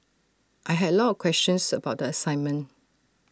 I had A lot of questions about the assignment